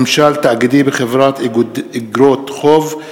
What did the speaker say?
(ממשל תאגידי בחברת איגרות חוב),